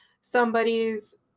somebody's